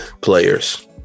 players